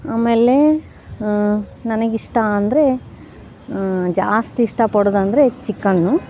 ಆಮೇಲೆ ನನಗಿಷ್ಟ ಅಂದರೆ ಜಾಸ್ತಿ ಇಷ್ಟ ಪಡೋದು ಅಂದರೆ ಚಿಕನು